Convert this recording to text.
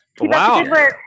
Wow